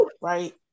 Right